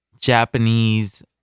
Japanese